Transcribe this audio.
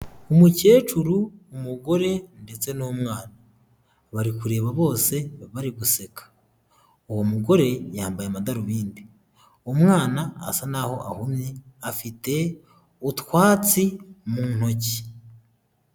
Umukecuru, umugore ndetse n'umwana, bari kureba bose bari guseka, uwo mugore yambaye amadarubindi, umwana asa n'aho ahumye afite utwatsi mu ntoki.